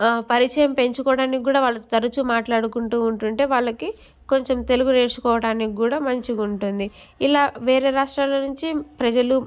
పరిచయం పెంచుకోవడానికి గూడా వాళ్ళు తరచూ మాట్లాడుకుంటూ ఉంటుంటే వాళ్ళకి కొంచెం తెలుగు నేర్చుకోవటానికి కూడా మంచిగుంటుంది ఇలా వేరే రాష్ట్రాల్లో నుంచి ప్రజలు